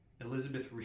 Elizabeth